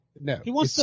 No